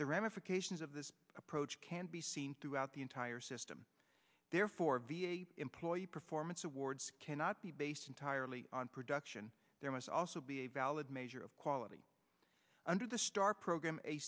the ramifications of this approach can be seen throughout the entire system therefore v a employee performance awards cannot be based entirely on production there must also be a valid measure of quality under the star program a